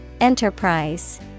Enterprise